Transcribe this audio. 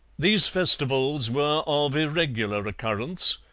these festivals were of irregular occurrence,